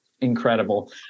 Incredible